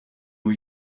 new